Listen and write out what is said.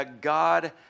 God